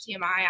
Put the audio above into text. TMI